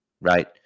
right